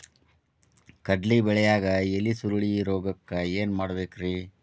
ಕಡ್ಲಿ ಬೆಳಿಯಾಗ ಎಲಿ ಸುರುಳಿರೋಗಕ್ಕ ಏನ್ ಮಾಡಬೇಕ್ರಿ?